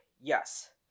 yes